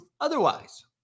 otherwise